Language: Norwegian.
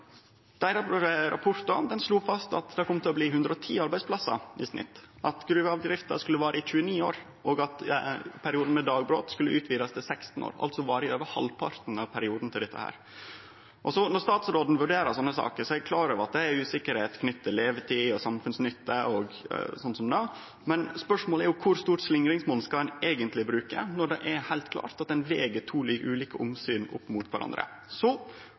Deira rapport slo fast at det kom til å bli 110 arbeidsplassar i snitt, at gruvedrifta skulle vare i 29 år, og at perioden med dagbrot skulle utvidast til 16 år, altså vare i over halvparten av perioden. Når statsråden vurderer sånne saker, er eg klar over at det er usikkerheit knytt til levetid, samfunnsnytte og slikt, men spørsmålet er kor stort slingringsmonn ein eigentleg skal bruke når det er heilt klart at ein veg to ulike omsyn opp mot kvarandre. Så